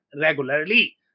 regularly